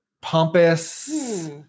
pompous